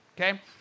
okay